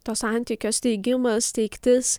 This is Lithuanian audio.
to santykio steigimas steigtis